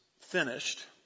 finished